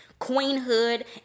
queenhood